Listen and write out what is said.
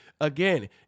Again